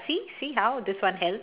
see see how this one help